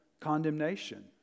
condemnation